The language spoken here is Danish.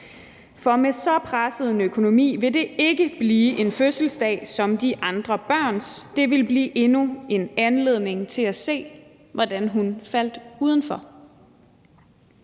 for med så presset en økonomi ville det ikke blive en fødselsdag som de andre børns. Det ville blive endnu en anledning til at se, hvordan hun faldt udenfor.